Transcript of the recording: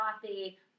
coffee